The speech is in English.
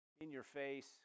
in-your-face